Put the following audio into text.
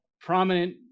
prominent